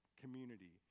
community